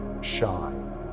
shine